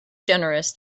generous